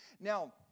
Now